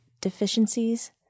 deficiencies